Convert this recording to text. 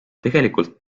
tegelikult